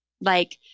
Like-